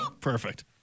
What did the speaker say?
Perfect